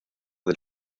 del